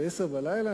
בעשר בלילה,